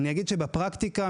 בפרקטיקה,